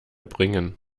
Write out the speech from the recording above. bringen